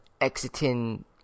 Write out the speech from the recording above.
exiting